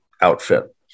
outfit